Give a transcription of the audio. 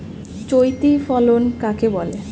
চৈতি ফসল কাকে বলে?